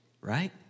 right